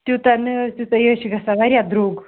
تیوتاہ نَہ حظ تیوتاہ یہِ حظ چھُ گَژھان واریاہ درٛوگ